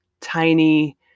tiny